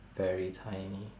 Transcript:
very tiny